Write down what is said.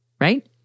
Right